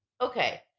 okay